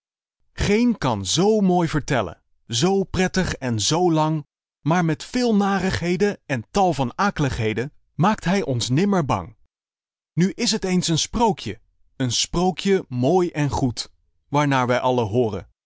geen kan z mooi vertellen z prettig en z lang maar met veel narigheden en tal van ak'ligheden maakt hij ons nimmer bang nu is het eens een sprookje een sprookje mooi en goed waarnaar wij allen hooren